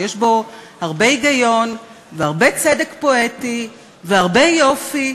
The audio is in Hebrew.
שיש בו הרבה היגיון והרבה צדק פואטי והרבה יופי,